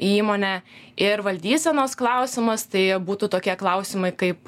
į įmonę ir valdysenos klausimas tai būtų tokie klausimai kaip